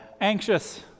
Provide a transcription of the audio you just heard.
anxious